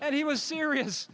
and he was serious